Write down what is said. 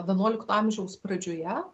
vienuolikto amžiaus pradžioje